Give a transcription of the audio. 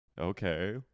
Okay